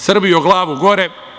Srbijo, glavu gore.